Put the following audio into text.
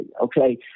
okay